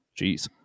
Jeez